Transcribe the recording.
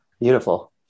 Beautiful